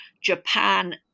Japan